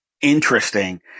interesting